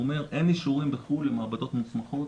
הוא אומר שאין אישורים בחו"ל למעבדות מוסמכות,